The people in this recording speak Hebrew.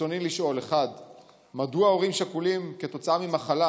רצוני לשאול: 1. מדוע הורים שכולים כתוצאה ממחלה